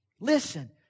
Listen